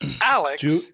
Alex